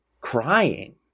crying